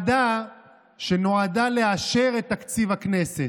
ועדה שנועדה לאשר את תקציב הכנסת,